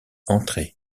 entrait